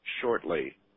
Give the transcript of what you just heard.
shortly